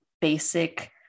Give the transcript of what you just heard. basic